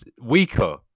Weaker